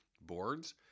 boards